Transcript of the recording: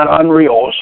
unreal